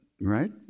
Right